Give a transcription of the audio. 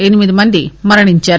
ఎనిమిది మంది మరణించారు